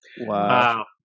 Wow